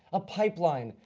a pipeline,